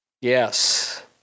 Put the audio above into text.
Yes